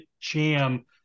jam